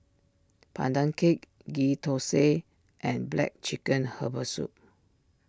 Pandan Cake Ghee Thosai and Black Chicken Herbal Soup